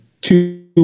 two